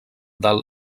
del